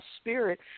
spirit